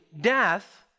death